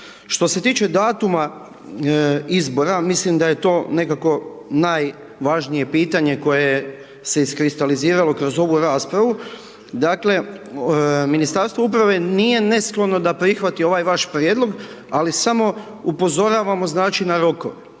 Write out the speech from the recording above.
Što se tiče datuma izbora, mislim da je to nekako najvažnije pitanje koje se iskristaliziralo kroz ovu raspravu, dakle, Ministarstvo uprave nije nesklono da prihvati ovaj vaš prijedlog, ali samo upozoravamo, znači, na rokove.